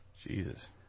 Jesus